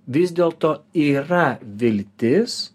vis dėlto yra viltis